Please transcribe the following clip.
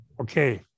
Okay